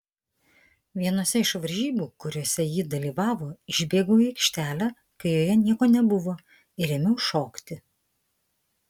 vienose iš varžybų kuriose ji dalyvavo išbėgau į aikštelę kai joje nieko nebuvo ir ėmiau šokti